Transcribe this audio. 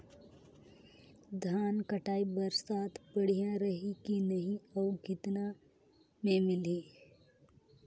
धान कटाई बर साथ बढ़िया रही की नहीं अउ कतना मे मिलही?